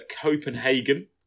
Copenhagen